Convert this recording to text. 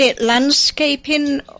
landscaping